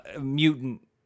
mutant